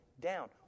down